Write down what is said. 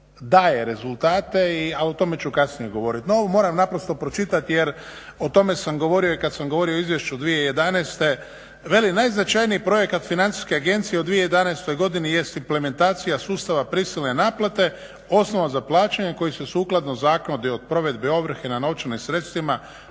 daje rezultate a o tome ću kasnije govoriti. No ovo moram naprosto pročitati jer o tome sam govorio kad samo govorio i o izvješću 2011. Veli najznačajniji projekat Financijske agencije u 2011.godini jest implementacija sustava prisilne naplate, osnova za plaćanje koji se sukladno Zakonu od provedbe ovrhe na novčanim sredstvima